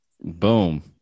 boom